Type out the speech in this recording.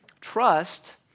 Trust